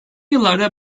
yıllarda